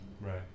right